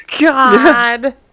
God